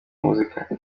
muzika